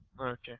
okay